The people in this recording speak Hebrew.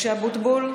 משה אבוטבול.